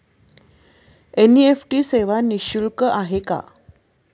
NEFT सेवा निःशुल्क आहे का?